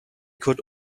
could